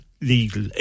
legal